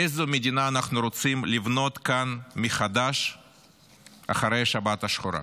איזו מדינה אנחנו רוצים לבנות כאן מחדש אחרי השבת השחורה?